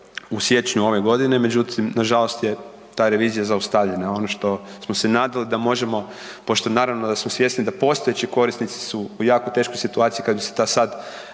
u siječnju ove godine, međutim nažalost je ta revizija zaustavljena. Ono što smo se nadali da možemo pošto naravno da smo svjesni da postojeći korisnici su u jako teškoj situaciji kada bi se sada ta mjera